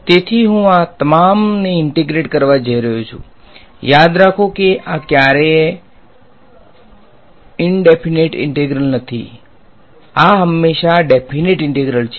તેથી હું આ તમામ ને ઈંટેગ્રેટ કરવા જઈ રહ્યો છું યાદ રાખો કે આ ક્યારેય ઈંડેફીનેટ ઈંટેગ્રલ નથી આ હંમેશા ડેફીનેટ ઈંટેગ્રલ છે